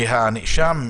שהנאשם,